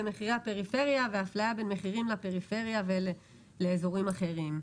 מחירי הפריפריה ואפליה בין מחירים לפריפריה לעומת אזורים אחרים.